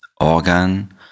organ